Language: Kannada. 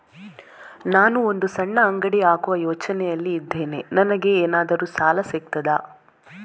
ನಾನು ಒಂದು ಸಣ್ಣ ಅಂಗಡಿ ಹಾಕುವ ಯೋಚನೆಯಲ್ಲಿ ಇದ್ದೇನೆ, ನನಗೇನಾದರೂ ಸಾಲ ಸಿಗ್ತದಾ?